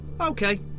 Okay